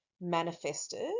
manifested